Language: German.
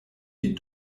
die